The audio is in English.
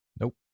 Nope